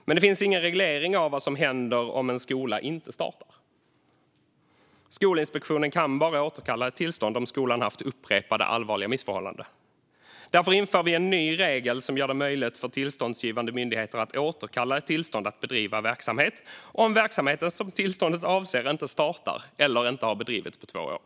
Men det finns ingen reglering av vad som händer om en skola inte startar. Skolinspektionen kan bara återkalla ett tillstånd om skolan haft upprepade allvarliga missförhållanden. Därför inför vi en ny regel som gör det möjligt för tillståndsgivande myndigheter att återkalla ett tillstånd att bedriva verksamhet om verksamheten som tillståndet avser inte startat eller inte har bedrivits på två år.